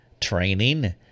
training